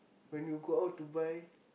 when you go out to buy